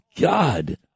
God